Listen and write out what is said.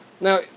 Now